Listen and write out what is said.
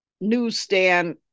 newsstand